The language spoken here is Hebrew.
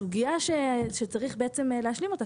הסוגיה שצריך להשלים אותה,